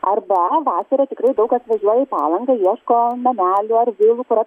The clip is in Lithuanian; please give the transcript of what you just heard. arba vasarą tikrai daug kas važiuoja į palangą ieško namelių ar vilų kurio